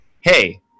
hey